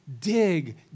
dig